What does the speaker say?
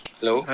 Hello